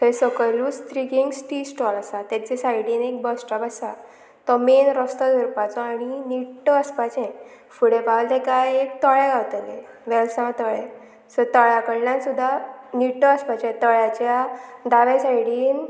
थंय सकयलूच त्रिगींग स्टी स्टॉल आसा तेजे सायडीन एक बस स्टॉप आसा तो मेन रस्तो धरपाचो आनी निट्टो आसपाचे फुडें पावले गायक तळे गावतले वेलसांव तळे सो तळ्या कडल्यान सुद्दां निट्टो आसपाचे तळ्याच्या दावे सायडीन